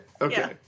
Okay